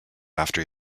after